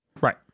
Right